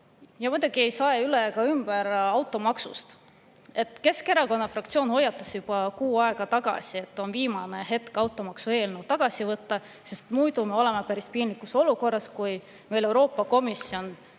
Ja muidugi ei saa üle ega ümber automaksust. Keskerakonna fraktsioon hoiatas juba kuu aega tagasi, et on viimane hetk automaksueelnõu tagasi võtta, sest muidu me oleme päris piinlikus olukorras, kui Euroopa Komisjon